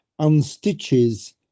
unstitches